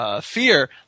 Fear